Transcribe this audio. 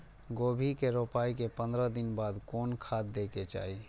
गोभी के रोपाई के पंद्रह दिन बाद कोन खाद दे के चाही?